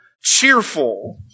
cheerful